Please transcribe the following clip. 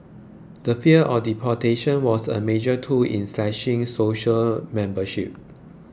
the fear of deportation was a major tool in slashing society membership